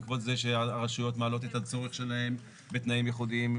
בעקבות זה שהרשויות מעלות את הצורך שלהם בתנאים ייחודיים,